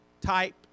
type